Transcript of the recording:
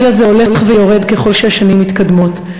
הגיל הזה הולך ויורד ככל שהשנים מתקדמות.